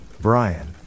Brian